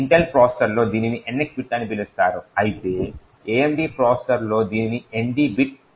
Intel ప్రాసెసర్లలో దీనిని NX bit అని పిలుస్తారు అయితే AMD ప్రాసెసర్లలో దీనిని ND బిట్ అంటారు